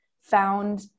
found